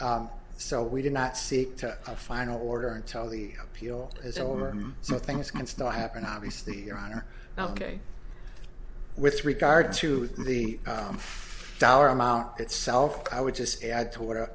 run so we did not seek to a final order until the appeal is over so things can still happen obviously your honor ok with regard to the dollar amount itself i would just add to what